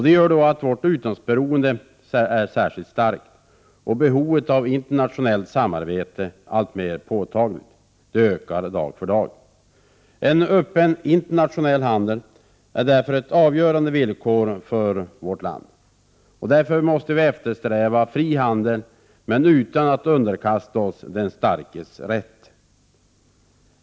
Det gör vårt utlandsberoende särskilt starkt och behovet av internationellt samarbete alltmer påtagligt. Det ökar dag för dag. En öppen internationell handel är därför ett avgörande villkor för vårt land. Därför måste vi eftersträva fri handel, men utan att underkasta oss ”den starkes rätt”.